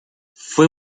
fue